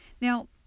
Now